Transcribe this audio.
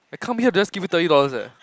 I come here just to give you thirty dollars leh